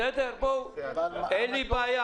בסדר, אין לי בעיה.